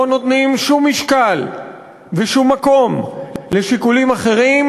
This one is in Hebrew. נותנים שום משקל ושום מקום לשיקולים אחרים,